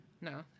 No